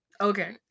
Okay